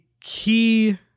key